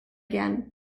again